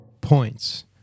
points